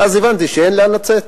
ואז הבנתי שאין לאן לצאת.